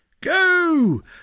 Go